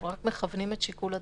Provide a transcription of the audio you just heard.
אנחנו רק מכוונים את שיקול הדעת.